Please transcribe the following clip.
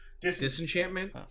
Disenchantment